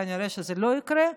שכנראה זה לא יקרה,